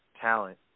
talent